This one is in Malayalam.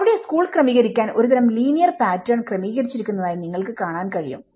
അവിടെ സ്കൂൾ ക്രമീകരിക്കാൻ ഒരു തരം ലിനീയർ പാറ്റേർൺ ക്രമീകരിച്ചിരിക്കുന്നതായി നിങ്ങൾക്ക് കാണാൻ കഴിയും